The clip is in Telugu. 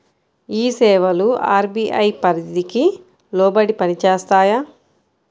ఈ సేవలు అర్.బీ.ఐ పరిధికి లోబడి పని చేస్తాయా?